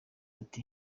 ati